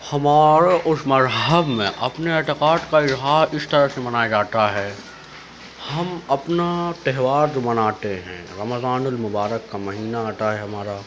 ہمارے اُس مذہب میں اپنے اعتقاد کا اظہار اِس طرح سے منایا جاتا ہے ہم اپنا تہوار جو مناتے ہیں رمضان المبارک کا مہینہ آتا ہے ہمارا